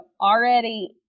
already